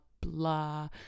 blah